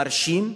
מרשים,